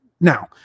now